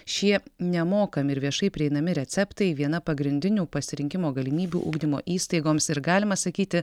šie nemokami ir viešai prieinami receptai viena pagrindinių pasirinkimo galimybių ugdymo įstaigoms ir galima sakyti